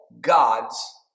God's